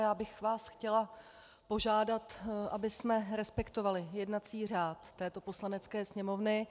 Já bych vás chtěla požádat, abychom respektovali jednací řád této Poslanecké sněmovny.